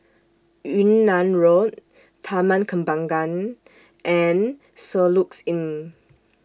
Yunnan Road Taman Kembangan and Soluxe Inn